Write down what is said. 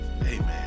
Amen